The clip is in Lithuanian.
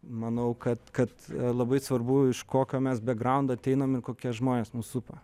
manau kad kad labai svarbu iš kokio mes begraundo ateinam ir kokie žmonės mus supa